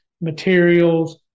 materials